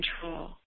control